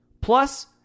Plus